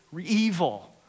evil